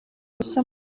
bishya